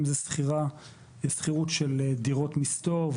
אם זה שכירות של דירות מסתור,